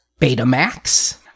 betamax